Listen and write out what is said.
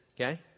okay